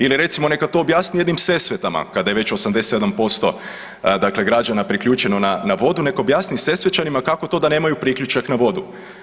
Ili recimo neka to objasni jednim Sesvetama kada je već 87% dakle građana priključeno na, na vodu, neka objasni Sesvečanima kako to da nemaju priključak na vodu.